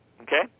Okay